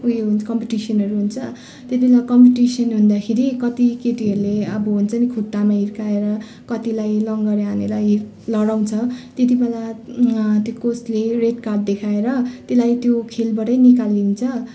उयो हुन्छ कम्पिटिसनहरू हुन्छ त्यति बेला कम्पिटिसन हुँदैखेरि कति केटीहरूले अब हुन्छ नि खुट्टामा हिर्काएर कतिलाई लङ्डा हानेर लडाउँछ त्यति बेला त्यो कोचले रेड कार्ड देखाएर त्यसलाई त्यो खेलबाटै निकालिन्छ